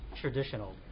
traditional